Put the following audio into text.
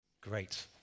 Great